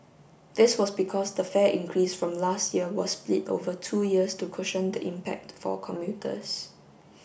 this was because the fare increase from last year was split over two years to cushion the impact for commuters